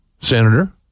Senator